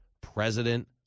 President